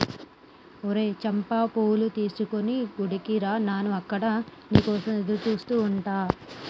ఓయ్ చంపా పూలు తీసుకొని గుడికి రా నాను అక్కడ నీ కోసం ఎదురుచూస్తు ఉంటా